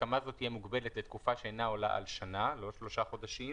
הסכמה זו תהיה מוגבלת לתקופה שאינה עולה על שנה" לא שלושה חודשים,